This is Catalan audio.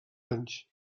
anys